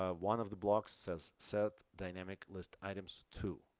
ah one of the blocks says set dynamic list items to.